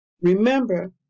Remember